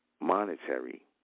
Monetary